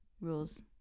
rules